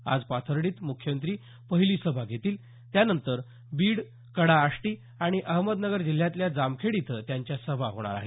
आज पाथर्डीत मुख्यमंत्री पहिली सभा घेतील त्यानंतर बीड कडा आष्टी आणि अहमदनगर जिल्ह्यातल्या जामखेड इथं त्यांच्या सभा होणार आहेत